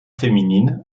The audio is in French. féminines